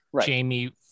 Jamie